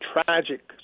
tragic